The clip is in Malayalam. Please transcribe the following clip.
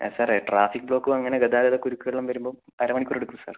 ആ സാറേ ട്രാഫിക് ബ്ലോക്കും അങ്ങനെ ഗതാഗത കുരുക്കെല്ലാം വരുമ്പോൾ അര മണിക്കൂർ എടുക്കും സാർ